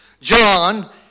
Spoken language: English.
John